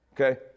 okay